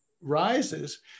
rises